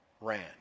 ran